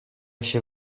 się